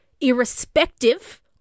irrespective